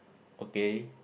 okay